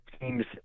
team's